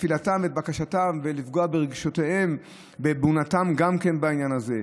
תפילתם ואת בקשתם ולפגוע ברגשותיהם וגם באמונתם בעניין הזה?